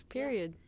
period